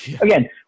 again